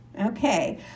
Okay